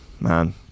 Man